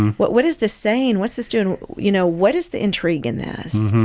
what what is this saying? what's this doing? you know what is the intrigue in this?